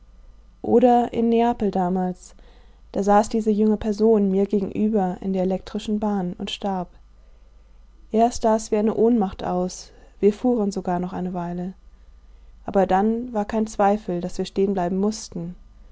oder in neapel damals da saß diese junge person mir gegenüber in der elektrischen bahn und starb erst sah es wie eine ohnmacht aus wir fuhren sogar noch eine weile aber dann war kein zweifel daß wir stehenbleiben mußten